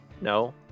no